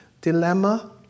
Dilemma